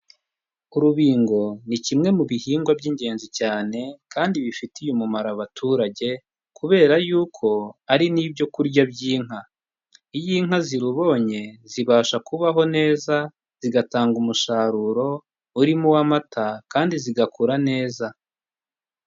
Urubingo ni kimwe mu bihingwa by'ingenzi cyane kandi bifitiye umumaro abaturage kubera y'uko ari n'ibyo kurya by'inka, iyo inka zirubonye zibasha kubaho neza zigatanga umusaruro urimo uw'amata kandi zigakura neza.